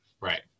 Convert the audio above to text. Right